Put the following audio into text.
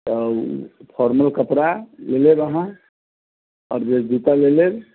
तऽ फॉर्मल कपड़ा ले लेब अहाँ आओर जे जूता ले लेब